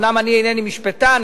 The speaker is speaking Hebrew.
אומנם אני אינני משפטן,